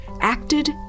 acted